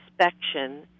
inspection